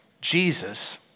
Jesus